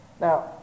Now